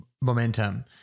momentum